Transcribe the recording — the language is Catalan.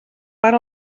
per